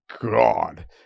God